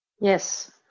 Yes